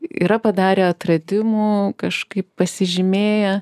yra padarę atradimų kažkaip pasižymėję